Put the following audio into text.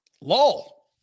Lol